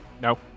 No